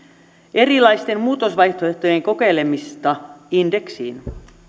erilaisten muutosvaihtoehtojen kokeilemisesta indeksiin